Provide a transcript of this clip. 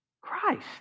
Christ